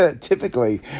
typically